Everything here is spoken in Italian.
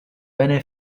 bene